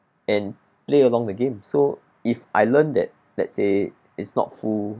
and play along the game so if I learned that let's say it's not full